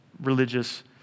religious